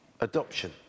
adoption